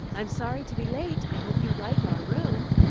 i'm sorry to be late. i hope you like our room.